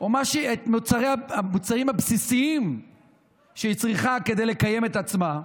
או את המוצרים הבסיסים שהיא צריכה כדי לקיים את עצמה.